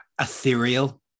Ethereal